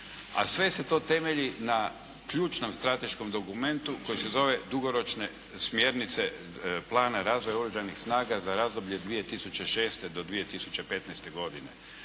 A sve se to temelji na ključnom strateškom dokumentu koji se zove Dugoročne smjernice plana razvoja Oružanih snaga za razdoblje 2006.-2015. godine.